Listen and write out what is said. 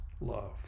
love